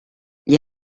gli